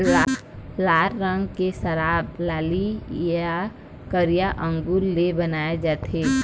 लाल रंग के शराब लाली य करिया अंगुर ले बनाए जाथे